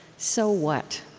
so what?